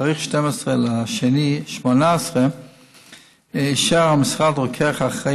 ובתאריך 12 בפברואר 2018 אישר המשרד רוקח אחראי